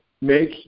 make